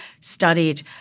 studied